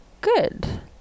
good